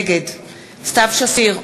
נגד סתיו שפיר,